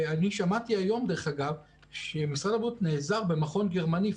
אני שמעתי היום שמשרד הבריאות נעזר במכון גרמני,